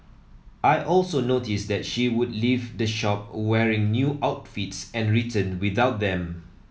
I also noticed that she would leave the shop wearing new outfits and returned without them